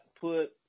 put